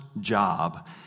job